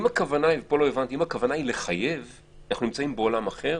אם הכוונה היא לחייב אנחנו נמצאים בעולם אחר,